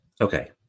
okay